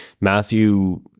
Matthew